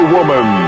Woman